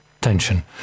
tension